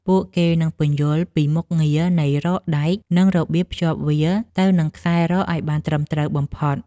ពួកគេនឹងពន្យល់ពីមុខងារនៃរ៉កដែក និងរបៀបភ្ជាប់វាទៅនឹងខ្សែរ៉កឱ្យបានត្រឹមត្រូវបំផុត។